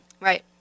Right